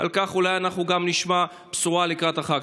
אולי נשמע בשורה על כך לקראת החג.